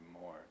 more